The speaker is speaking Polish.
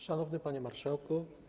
Szanowny Panie Marszałku!